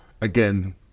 again